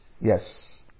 Yes